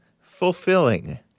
Fulfilling